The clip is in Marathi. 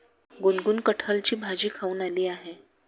गुनगुन कठहलची भाजी खाऊन आली आहे